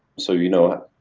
so you know